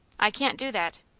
i can't do that.